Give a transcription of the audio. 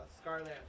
scarlet